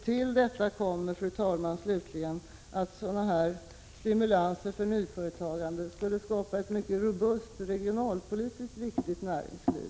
Till detta kommer, fru talman, slutligen att sådana stimulanser för nyföretagande skulle skapa ett mycket robust och regionalpolitiskt viktigt näringsliv.